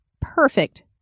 perfect